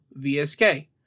VSK